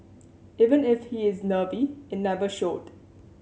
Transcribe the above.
even if he is nervy it never showed